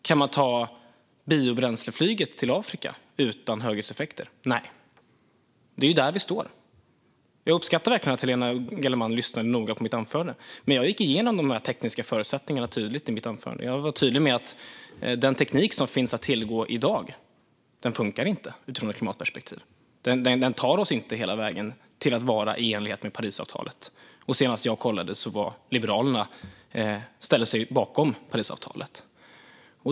Kan man ta biobränsleflyget till Afrika utan höghöjdseffekter? Nej. Det är där vi står. Jag uppskattar verkligen att Helena Gellerman lyssnade noga på mitt anförande, men jag gick igenom de tekniska förutsättningarna tydligt. Jag var tydlig med att den teknik som finns att tillgå i dag inte funkar utifrån ett klimatperspektiv. Den tar oss inte hela vägen till att vara i enlighet med Parisavtalet. Och senast jag kollade ställde sig Liberalerna bakom det avtalet.